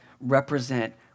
represent